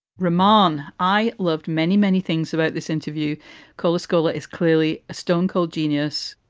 reman, i loved many, many things about this interview called escola, is clearly a stone cold genius,